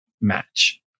match